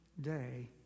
day